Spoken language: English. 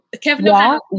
Kevin